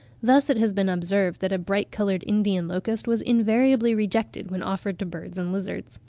thus it has been observed that a bright-coloured indian locust was invariably rejected when offered to birds and lizards.